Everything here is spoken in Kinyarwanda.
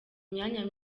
imyanya